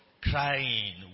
Crying